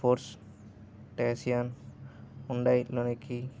Ford Taycan Hyundai ionic